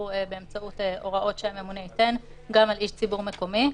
באמצעות הוראות שהממונה ייתן גם על איש ציבור מקומי.